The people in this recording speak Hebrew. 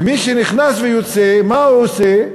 ומי שנכנס ויוצא, מה הוא עושה?